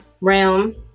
realm